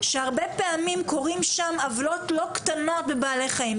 שהרבה פעמים קורות שם עוולות לא קטנות בבעלי חיים,